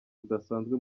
rudasanzwe